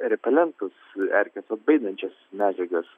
repelentus erkes atbaidančias medžiagas